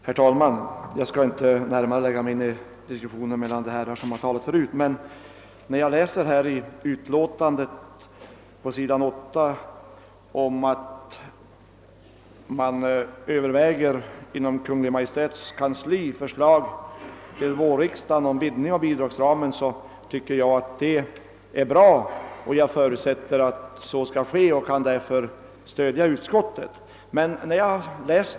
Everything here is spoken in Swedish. Herr talman! Jag skall inte lägga mig i diskussionen mellan de herrar som talat förut. Jag läser i utskottsutlåtandet på s. 8, att man inom Kungl. Maj:ts kansli överväger ett förslag till vårriksdagen om en vidgning av bidragsramen. Det tycker jag är bra, och jag förutsätter att så skall ske och kan därför stödja utskottets förslag.